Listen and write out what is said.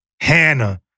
Hannah